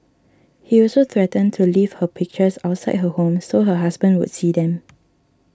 he also threatened to leave her pictures outside her home so her husband would see them